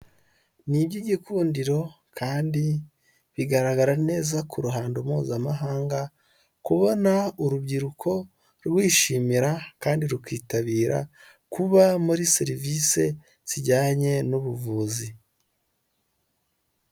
Ni iby'igikundiro kandi bigaragara neza ku ruhando mpuzamahanga kubona urubyiruko rwishimira kandi rukitabira kuba muri serivisi zijyanye n'ubuvuzi.